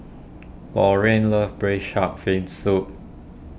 Lorene loves Braised Shark Fin Soup